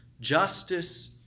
justice